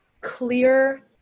clear